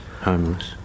Homeless